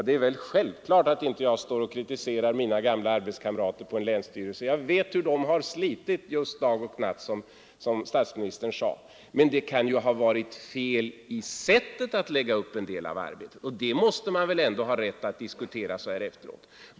Det är väl självklart att inte jag står och kritiserar mina gamla arbetskamrater på en länsstyrelse! Jag vet hur de har slitit — just dag och natt, som statsministern sade — men det kan ju ha varit fel i sättet att lägga upp en del av arbetet, och det måste man väl ändå ha rätt att diskutera så här efteråt.